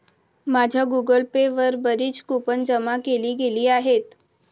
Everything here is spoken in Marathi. माझ्या गूगल पे वर बरीच कूपन जमा केली गेली आहेत